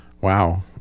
wow